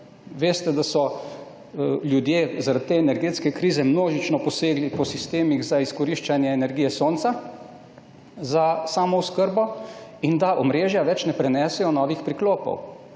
Veste, da so ljudje zaradi te energetske krize množično posegli po sistemih za izkoriščanje energije sonca za samooskrbo in da omrežja več ne prenesejo novih priklopov.